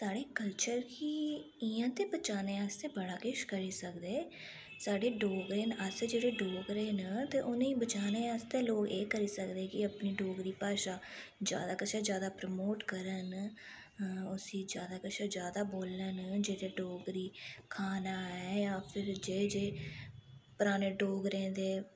साढ़े कल्चर गी इयां ते बचाने आस्तै बड़ा किश करी सकदे साढ़े डोगरे न अस जेह्ड़े डोगरे न ते उ'नेंगी बचाने आस्तै लोग एह् करी सकदे कि अपनी डोगरी भाशा ज्यादा कशा ज्यादा प्रमोट करन उसी ज्यादा कशा ज्यादा बोलन जेह्ड़े डोगरी खाना ऐ जां फिर जे जे पराने डोगरें दे